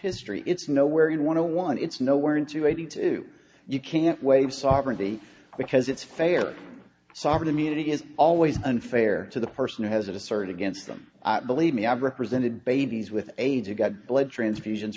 history it's no where you want to one it's no where in to eighty two you can't waive sovereignty because it's fair sovereign immunity is always unfair to the person who has it asserted against them believe me i've represented babies with aids or got blood transfusions